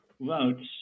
votes